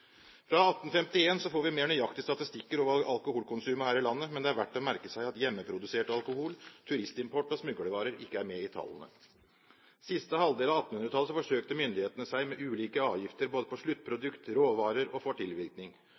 Fra 1851 får vi mer nøyaktige statistikker over alkoholkonsumet her i landet, men det er verdt å merke seg at hjemmeprodusert alkohol, turistimport og smuglervarer ikke er med i tallene. Siste halvdel av 1800-tallet forsøkte myndighetene seg med ulike avgifter både på sluttprodukt, råvarer og for tilvirkning.